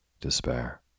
despair